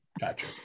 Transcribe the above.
gotcha